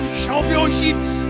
championships